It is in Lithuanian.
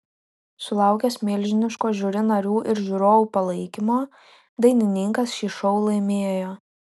sulaukęs milžiniško žiuri narių ir žiūrovų palaikymo dainininkas šį šou laimėjo